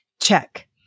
Check